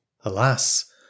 alas